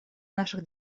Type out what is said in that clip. наших